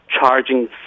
charging